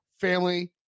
family